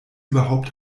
überhaupt